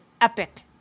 epic